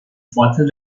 vorteil